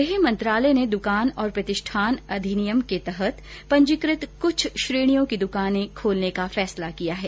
गृह मंत्रालय ने द्वकान और प्रतिष्ठान अधिनियम के तहत पंजीकृत कृछ श्रेणियों की दूकानें खोलने का फैसला किया है